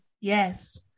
yes